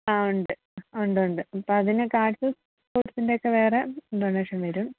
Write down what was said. ആ ഉണ്ട് ആ ഉണ്ട് ഉണ്ട് ഇപ്പോൾ അതിന് കാശ് സ്കൂൾ ബസ്സിൻ്റെയൊക്കെ വേറെ ഡൊണേഷൻ വരും